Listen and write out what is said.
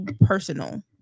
personal